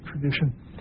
tradition